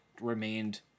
remained